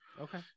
Okay